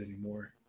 anymore